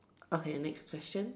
okay next question